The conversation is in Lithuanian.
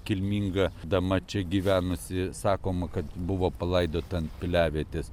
kilminga dama čia gyvenusi sakoma kad buvo palaidota ant piliavietės